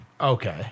Okay